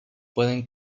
pueden